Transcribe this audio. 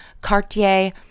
Cartier